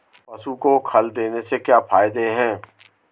पशु को खल देने से क्या फायदे हैं?